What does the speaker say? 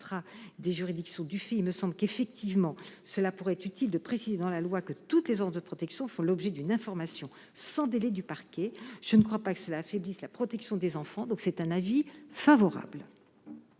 il me semble qu'effectivement il pourrait être utile de préciser dans la loi que toutes les ordonnances de protection font l'objet d'une information sans délai du parquet. Je ne crois pas qu'une telle mesure affaiblisse la protection des enfants. La commission émet donc un avis favorable.